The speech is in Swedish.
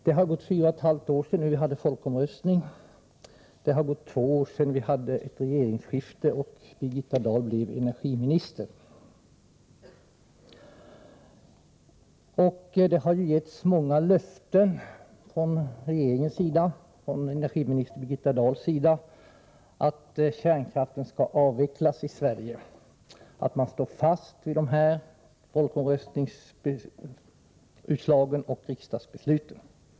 Det har nu gått fyra och ett halvt år sedan folkomröstningen och två år sedan det regeringsskifte då Birgitta Dahl blev energiminister. Regeringen och energiminister Birgitta Dahl har givit många löften om att kärnkraften skall avvecklas i Sverige och att man står fast vid folkomröstningens utslag samt riksdagsbesluten.